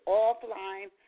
offline